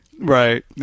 right